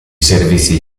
servizi